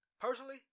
Personally